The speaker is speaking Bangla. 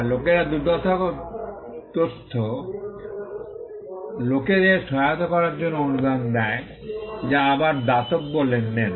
বা লোকেরা দুর্দশাগ্রস্থ লোকদের সহায়তা করার জন্য অনুদান দেয় যা আবার দাতব্য লেনদেন